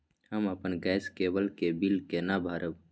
हम अपन गैस केवल के बिल केना भरब?